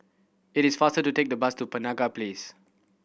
it is faster to take the bus to Penaga Place